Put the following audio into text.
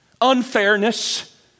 unfairness